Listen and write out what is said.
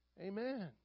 Amen